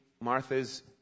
Martha's